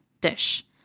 dish